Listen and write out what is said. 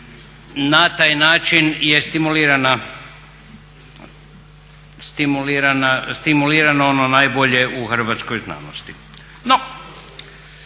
na taj način je stimulirano ono najbolje u hrvatskoj znanosti.